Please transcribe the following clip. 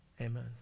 amen